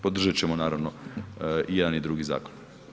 Podržat ćemo naravno i jedan i drugi zakon.